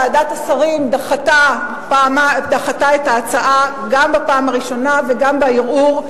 ועדת השרים דחתה את ההצעה גם בפעם הראשונה וגם בערעור,